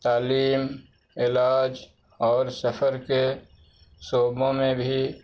تعلیم علاج اور سفر کے شعبوں میں بھی